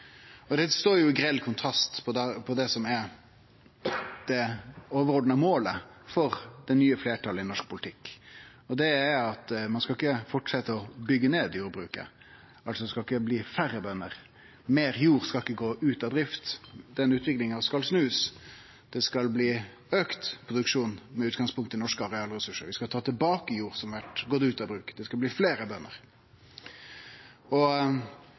Dette står i grell kontrast til det som er det overordna målet for det nye fleirtalet i norsk politikk, og det er at ein ikkje skal fortsetje å byggje ned jordbruket. Det skal ikkje bli færre bønder, meir jord skal ikkje gå ut av drift. Den utviklinga skal snuast. Det skal bli auka produksjon med utgangspunkt i norske arealressursar, vi skal ta tilbake jord som har gått ut av bruk, og det skal bli fleire bønder.